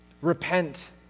repent